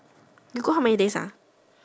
you go how many days